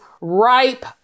ripe